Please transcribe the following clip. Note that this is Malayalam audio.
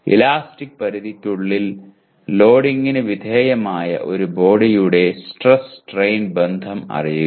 ഇലാസ്റ്റിക് പരിധിക്കുള്ളിൽ ലോഡിംഗിന് വിധേയമായ ഒരു ബോഡിയുടെ സ്ട്രെസ് സ്ട്രെയിൻ ബന്ധം അറിയുക